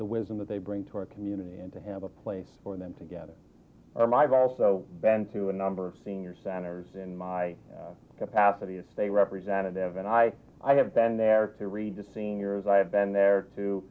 the wisdom that they bring to our community and to have a place for them together i'm i've also been to a number of senior centers in my capacity as state representative and i i have been there to read to seniors i have been there to